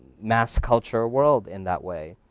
mass culture world in that way.